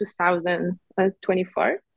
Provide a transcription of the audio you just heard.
2024